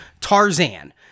Tarzan